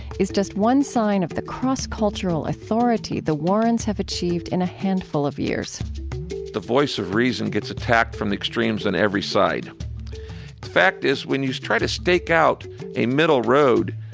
is just one sign of the cross-cultural authority the warrens have achieved in a handful of years the voice of reason gets attacked from the extremes on every side. the fact is when you try to stake out a middle road,